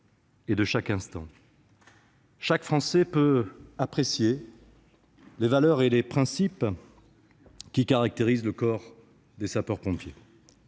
de chaque instant. Chaque Français peut apprécier les valeurs et les principes qui caractérisent le corps des sapeurs-pompiers.